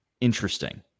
interesting